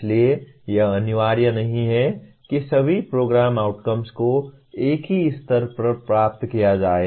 इसलिए यह अनिवार्य नहीं है कि सभी प्रोग्राम आउटकम्स को एक ही स्तर पर प्राप्त किया जाए